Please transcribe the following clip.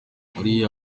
uriya